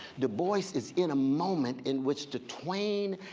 the voice is in a moment in which the twain,